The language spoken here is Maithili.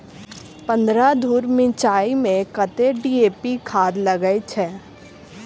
पन्द्रह धूर मिर्चाई मे कत्ते डी.ए.पी खाद लगय छै?